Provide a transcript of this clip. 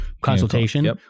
consultation